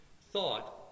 thought